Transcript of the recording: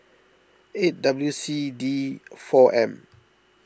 eight W C D four M